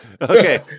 Okay